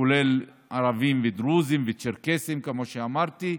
כולל ערבים ודרוזים וצ'רקסים, כמו שאמרתי.